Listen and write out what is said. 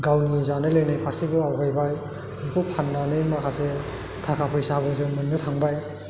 गावनि जानाय लोंनायनि फारसेबो आवगायबाय बेखौ फान्नानै माखासे थाखा फैसाबो जों मोननो थांबाय